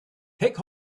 take